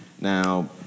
Now